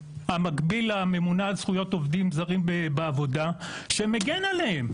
המקביל לממונה על זכויות עובדים זרים בעבודה שמגן עליהם.